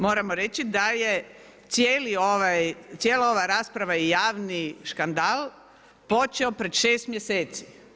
Moramo reći da je cijela ova rasprava je javni škandal počeo pred 6 mjeseci.